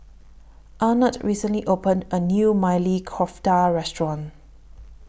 Arnett recently opened A New Maili Kofta Restaurant